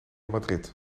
madrid